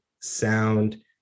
sound